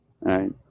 right